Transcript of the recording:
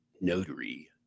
Notary